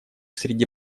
среди